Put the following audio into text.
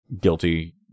guilty